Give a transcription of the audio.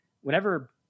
whenever